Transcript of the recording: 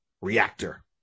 reactor